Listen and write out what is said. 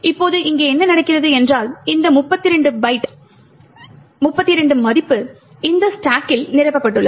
இப்போது இங்கே என்ன நடக்கிறது என்றால் இந்த 32 மதிப்பு இந்த ஸ்டாகில் நிரப்பப்பட்டுள்ளது